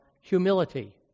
humility